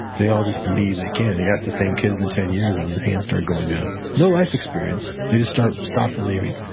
they all just believe they can. you ask the same kids in ten years and hands start going down. no life experience they just stopped believing.